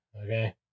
okay